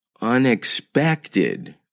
unexpected